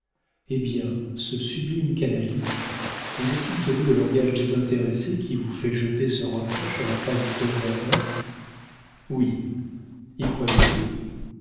eh bien ce sublime canalis vous a-t-il tenu le langage désintéressé qui vous fait jeter ce reproche à la face du pauvre ernest oui y croyez-vous